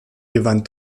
gewann